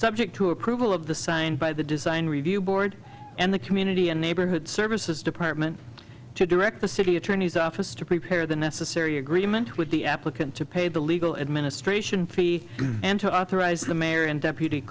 subject to approval of the signed by the design review board and the community and neighborhood services department to direct the city attorney's office to prepare the necessary agreement with the applicant to pay the legal administration fee and to authorize the mayor and deputy